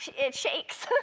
it shakes.